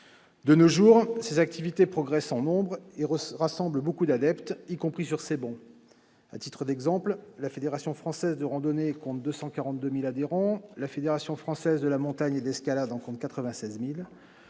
De nos jours, ces activités progressent en nombre et rassemblent beaucoup d'adeptes, y compris sur ces travées. À titre d'exemple, la Fédération française de randonnée pédestre compte 242 000 adhérents et la Fédération française de la montagne et de l'escalade quelque 96 000.